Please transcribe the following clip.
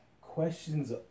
questions